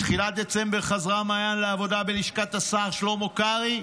בתחילת דצמבר חזרה מעיין לעבודה בלשכת השר שלמה קרעי,